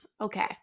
Okay